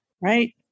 Right